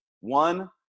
one